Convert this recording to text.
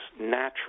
natural